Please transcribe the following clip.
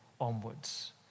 onwards